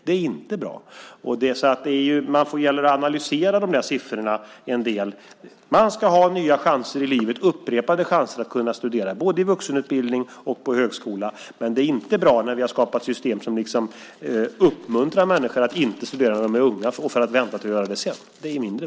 Det gäller att analysera de där siffrorna en del. Man ska ha nya chanser i livet, upprepade chanser att studera både i vuxenutbildning och på högskola. Men det är inte bra att ha ett system som uppmuntrar människor att inte studera när de är unga utan i stället vänta för att göra det senare.